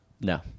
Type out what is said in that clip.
No